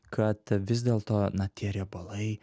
kad vis dėlto na tie riebalai